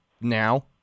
now